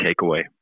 takeaway